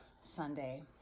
sunday